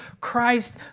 Christ